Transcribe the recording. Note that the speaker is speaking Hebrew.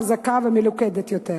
חזקה ומלוכדת יותר",